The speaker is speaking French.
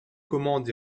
commandes